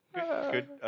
Good